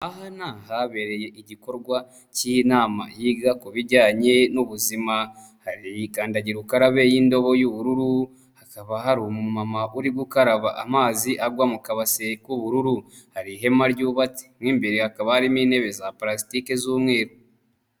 Aha ni ahabereye igikorwa k'inama yiga ku bijyanye n'ubuzima, hari kandagira ukarabe y'indobo y'ubururu, hakaba hari umumama uri gukaraba amazi agwa mu kabase k'ubururu, hari ihema ryubatse mo imbere hakaba harimo intebe za palasitike z'umweru.